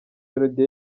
melody